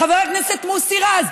חבר הכנסת מוסי רז,